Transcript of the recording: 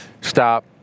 Stop